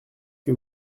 que